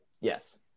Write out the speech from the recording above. Yes